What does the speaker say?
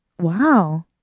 wow